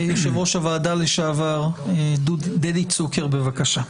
יושב-ראש הוועדה לשעבר דדי צוקר, בבקשה.